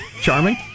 Charming